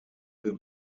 will